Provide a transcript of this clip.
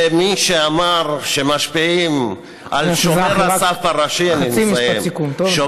מי שאמר שמשפיעים על שומר הסף הראשי, חבר